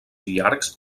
llargs